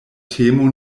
temo